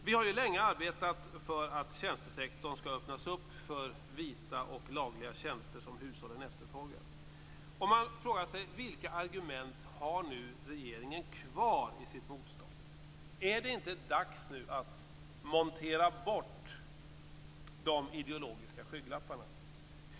Vi har länge arbetat för att tjänstesektorn skall öppnas upp för vita och lagliga tjänster som hushållen efterfrågar. Man frågar sig vilka argument regeringen har kvar för sitt motstånd. Är det inte dags nu att montera bort de ideologiska skygglapparna?